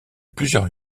plusieurs